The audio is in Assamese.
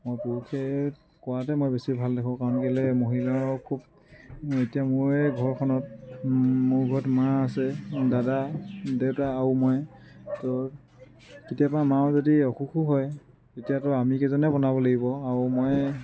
মই পুৰুষে কৰাতেই মই বেছি ভাল দেখোঁ কাৰণ কেলে মহিলাই খুব এতিয়া মোৰে ঘৰখনত মোৰ ঘৰত মা আছে দাদা দেউতা আৰু মই ত' কেতিয়াবা মাৰ যদি অসুখো হয় তেতিয়াতো আমি কেইজনে বনাব লাগিব আৰু ময়ে